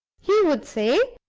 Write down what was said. he would say,